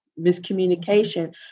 miscommunication